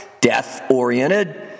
death-oriented